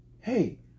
Hey